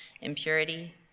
impurity